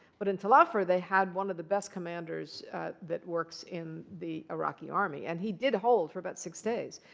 but in tal ah afar, they had one of the best commanders that works in the iraqi army. and he did hold for about six days.